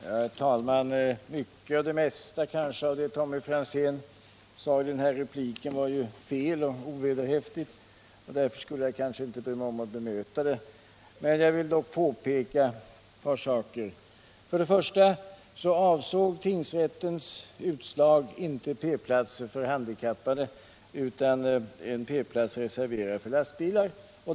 Herr talman! Mycket, det mesta kanske, av det som Tommy Franzén sade i sin replik var fel och ovederhäftigt. Därför skulle jag kanske inte bry mig om att bemöta det. Jag vill dock påpeka ctt par saker. Först och främst avsåg tingsrättens utslag inte P-platser för handikappade utan en P-plats reserverad för lastbilar.